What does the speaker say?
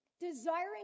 desiring